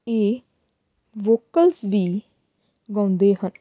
ਇਹ ਵੋਕਲਸ ਵੀ ਗਾਉਂਦੇ ਹਨ